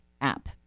app